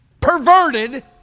perverted